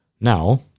Now